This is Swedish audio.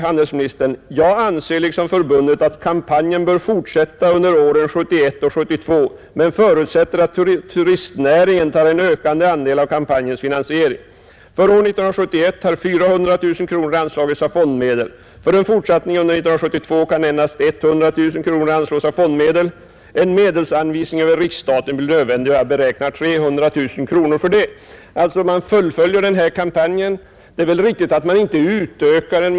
Handelsministern anför: ”Jag anser liksom förbundet att kampanjen bör fortsätta under åren 1971 och 1972 men förutsätter att turistnäringen tar en ökande andel av kampanjens finansiering. För år 1971 har 400 000 kronor anslagits av fondmedel. För en fortsättning under år 1972 kan endast 100 000 kronor anslås av fondmedel. En medelsanvisning över riksstaten blir nödvändig. Jag beräknar 300 000 kronor härför.” Man fullföljer alltså denna kampanj. Det är väl riktigt att man inte utökar den.